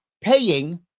paying